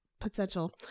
potential